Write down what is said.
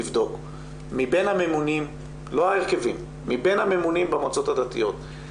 מבין הממונים במועצות הדתיות,